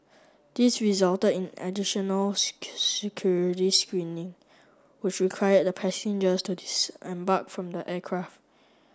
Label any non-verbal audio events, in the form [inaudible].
this resulted in additional [unintelligible] security screening which required the passengers to disembark from the aircraft